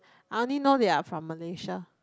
I only know they are from Malaysia